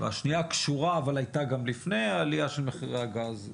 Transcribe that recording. והשנייה קשורה אבל הייתה גם לפני העלייה של מחירי הגז,